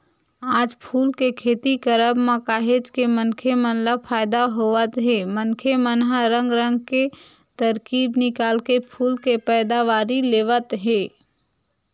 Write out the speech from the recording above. आज फूल के खेती करब म काहेच के मनखे मन ल फायदा होवत हे मनखे मन ह रंग रंग के तरकीब निकाल के फूल के पैदावारी लेवत हे